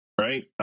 Right